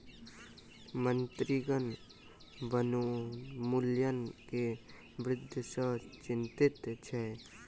मंत्रीगण वनोन्मूलन में वृद्धि सॅ चिंतित छैथ